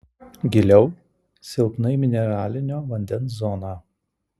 giliau silpnai mineralinio vandens zona